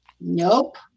Nope